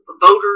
voters